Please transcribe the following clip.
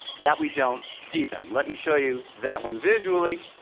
that we don't see them. let me show you that one visually.